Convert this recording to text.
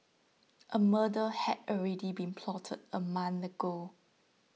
a murder had already been plotted a month ago